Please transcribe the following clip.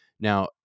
Now